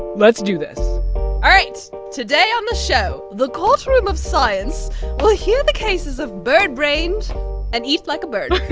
let's do this all right. today on this show, the courtroom of science will hear the cases of bird-brained and eat like a bird.